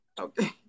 Okay